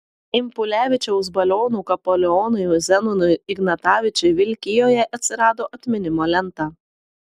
impulevičiaus batalionų kapelionui zenonui ignatavičiui vilkijoje atsirado atminimo lenta